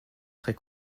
très